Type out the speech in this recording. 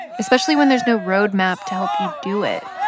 especially when there's no road map to help you do it.